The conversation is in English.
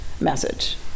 message